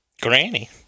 Granny